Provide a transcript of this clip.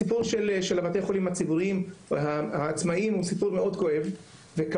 הסיפור של בתי החולים הציבוריים העצמאים הוא סיפור מאוד כואב וכאוב,